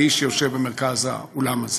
האיש שיושב במרכז האולם הזה,